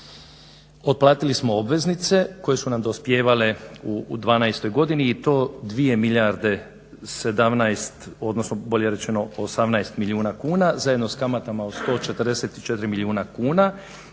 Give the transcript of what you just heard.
Otplatili smo obveznice koje su nam dospijevale u '12. godini i to 2 milijarde 18 milijuna kuna, zajedno s kamatama od 144 milijuna kuna